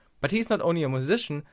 but he is not only a musician,